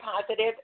positive